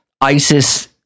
ISIS